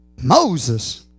Moses